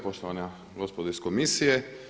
Poštovana gospodo iz komisije.